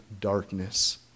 darkness